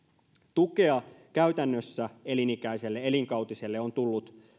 tukea käytännössä elinikäiselle elinkautiselle on tullut